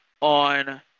on